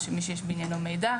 שמי שיש בעניינו מידע,